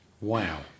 Wow